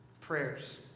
prayers